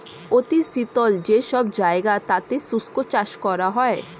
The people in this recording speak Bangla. অতি শীতল যে সব জায়গা তাতে শুষ্ক চাষ করা হয়